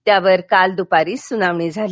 त्यावर काल दूपारी सुनावणी झाली